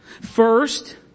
First